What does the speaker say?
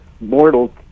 mortal